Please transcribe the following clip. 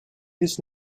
his